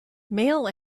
male